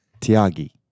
Tiagi